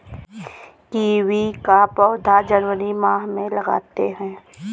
kiwi का पौधा जनवरी माह में लगाते हैं